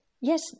yes